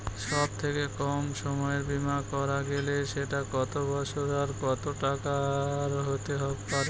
সব থেকে কম সময়ের বীমা করা গেলে সেটা কত বছর আর কত টাকার হতে পারে?